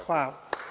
Hvala.